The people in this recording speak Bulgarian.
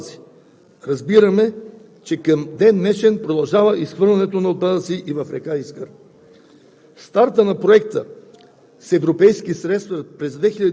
Години по-късно в дерето продължава да се изхвърлят маса отпадъци. Разбираме, че към ден днешен продължава изхвърлянето на отпадъци и в река Искър.